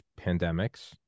pandemics